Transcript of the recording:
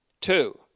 Two